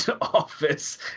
office